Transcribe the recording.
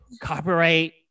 copyright